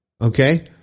Okay